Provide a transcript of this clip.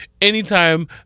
anytime